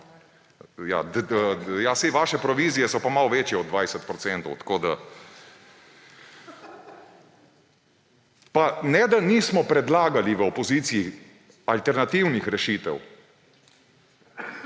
saj vaše provizije so pa malo večje od 20 %. Pa ne, da nismo predlagali v opoziciji alternativnih rešitev.